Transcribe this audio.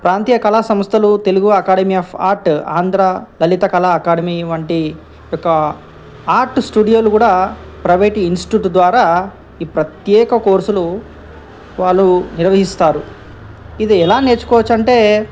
ప్రాంతీయ కళా సంస్థలు Telugu academy of art Andhra Lalit Kala academy వంటి యొక్క ఆర్ట్ స్టూడియోలు కూడా ప్రైవేట్ ఇన్స్టిట్యూట్ ద్వారా ఈ ప్రత్యేక కోర్సులు వాళ్ళు నిర్వహిస్తారు ఇది ఎలా నేర్చుకోవచ్చు అంటే